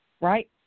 right